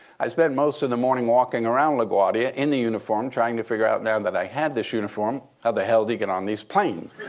i spent most of the morning walking around laguardia in the uniform, trying to figure out now that i had this uniform, how the hell do you get on these planes?